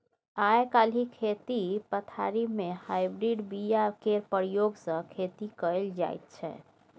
आइ काल्हि खेती पथारी मे हाइब्रिड बीया केर प्रयोग सँ खेती कएल जाइत छै